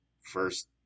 first